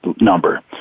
number